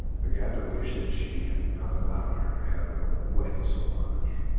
began to wish that she had not allowed her to have her own way so much.